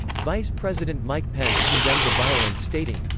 vice president mike pence condemned the violence stating,